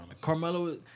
Carmelo